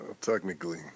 Technically